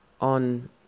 on